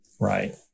Right